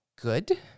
good